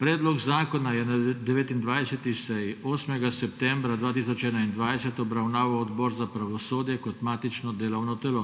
Predlog zakona je na 29. seji 8. septembra 2021 obravnaval Odbor za pravosodje kot matično delovno telo.